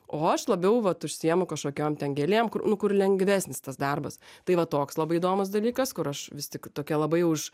o aš labiau vat užsiimu kažkokiom ten gėlėm kur nu kur lengvesnis tas darbas tai va toks labai įdomus dalykas kur aš vis tik tokia labai už